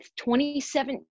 2017